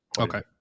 Okay